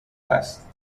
است